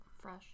fresh